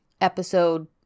episode